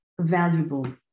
valuable